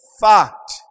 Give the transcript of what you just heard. fact